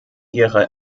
ihre